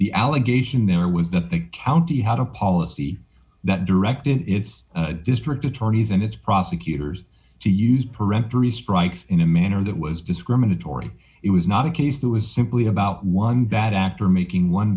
the allegation there was that the county had a policy that directed its district attorneys and its prosecutors to use peremptory strikes in a manner that was discriminatory it was not a case that was simply about one bad act or making one